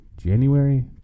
January